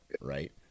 right